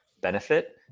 benefit